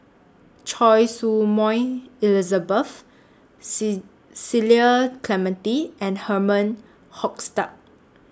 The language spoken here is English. Choy Su Moi Elizabeth C Cecil Clementi and Herman Hochstadt